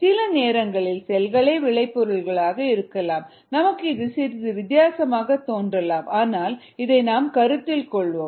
சில நேரங்களில் செல்களே விளைபொருட்களாக இருக்கலாம் நமக்கு இது சிறிது வித்தியாசமாகத் தோன்றலாம் ஆனால் இதை நாம் கருத்தில் கொள்வோம்